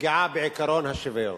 פגיעה בעקרון השוויון.